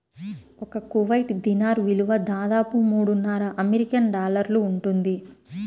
ఒక Kuwait dinar విలువ దాదాపు మూడున్నర అమెరికన్ డాలర్లు ఉంటుంది